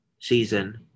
season